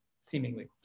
seemingly